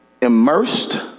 immersed